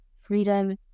freedom